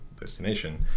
destination